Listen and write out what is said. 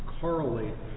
correlate